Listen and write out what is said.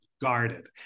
guarded